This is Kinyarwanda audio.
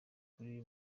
kuri